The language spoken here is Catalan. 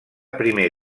primer